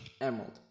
Emerald